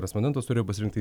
respondentas turėjo pasirinkti